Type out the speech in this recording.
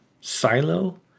Silo